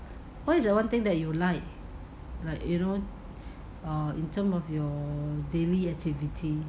what is the one thing that you like like you know err in terms of your err daily activity